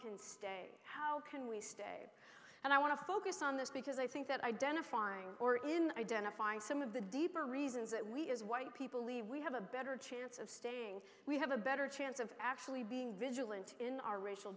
can stay how can we stay and i want to focus on this because i think that identifying or in identifying some of the deeper reasons that we as white people leave we have a better chance of staying we have a better chance of actually being vigilant in our racial